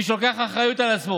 מי שלוקח אחריות על עצמו,